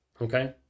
Okay